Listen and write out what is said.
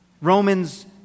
Romans